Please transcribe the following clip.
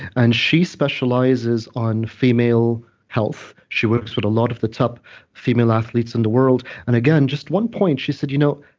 and she specializes on female health, she works with a lot of the top female athletes in the world. and again, just one point, she said, you know,